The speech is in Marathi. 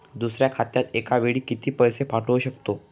दुसऱ्या खात्यात एका वेळी किती पैसे पाठवू शकतो?